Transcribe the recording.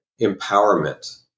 empowerment